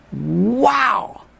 Wow